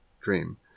dream